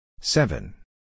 Seven